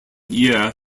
year